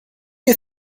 you